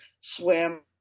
swim